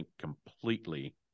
completely